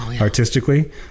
artistically